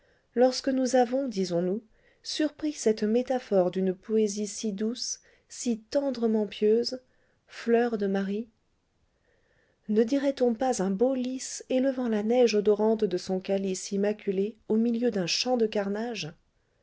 lorsque nous avons disons-nous surpris cette métaphore d'une poésie si douce si tendrement pieuse fleur de marie ne dirait-on pas un beau lis élevant la neige odorante de son calice immaculé au milieu d'un champ de carnage